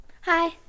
Hi